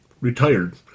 retired